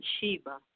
Sheba